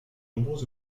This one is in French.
nombreux